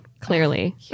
clearly